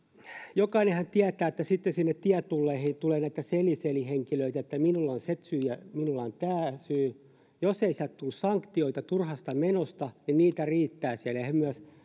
jokainenhan tietää että sitten sinne tietulleihin tulee näitä seli seli henkilöitä minulla on se syy ja minulla tämä syy jos ei sieltä tule sanktioita turhasta menosta niin heitä riittää siellä ja he myös